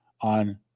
on